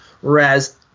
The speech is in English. whereas